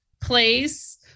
Place